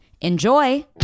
Enjoy